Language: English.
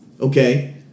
okay